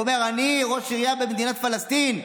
ואומר: אני ראש עירייה במדינת פלסטין,